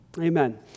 Amen